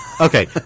Okay